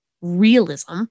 realism